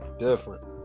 different